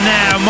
now